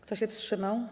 Kto się wstrzymał?